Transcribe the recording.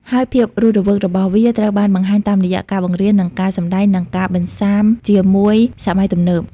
ហើយភាពរស់រវើករបស់វាត្រូវបានបង្ហាញតាមរយៈ ការបង្រៀននិងការសម្តែង និងការបន្ស៊ាំជាមួយសម័យទំនើប។